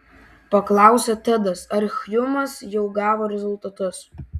paklausė tedas ar hjumas jau gavo rezultatus